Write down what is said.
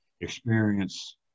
experience